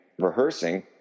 rehearsing